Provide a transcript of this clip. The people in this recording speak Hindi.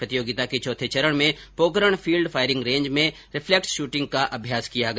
प्रतियोगिता के चौथे चरण मे पोकरण फील्ड फायरिंग रेंज में न रिफ्लेक्ट्स शूटिंग का अभ्यास किया गया